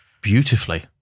beautifully